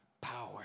power